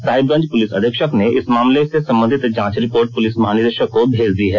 Sahibganj police अधीक्षक ने इस मामले से संबंधित जांच रिपोर्ट पुलिस महानिदेशक को भेज दी है